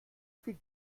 viel